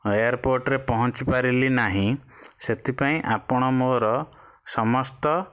ଏୟାରପୋର୍ଟରେ ପହଞ୍ଚି ପାରିଲି ନାହିଁ ସେଥିପାଇଁ ଆପଣ ମୋର ସମସ୍ତ